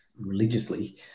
religiously